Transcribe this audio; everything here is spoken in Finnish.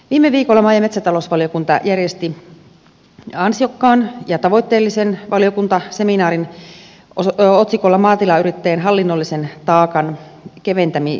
viime viikolla maa ja metsätalousvaliokunta järjesti ansiokkaan ja tavoitteellisen valiokuntaseminaarin otsikolla maatilayrittäjien hallinnollisen taakan keventäminen